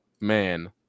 man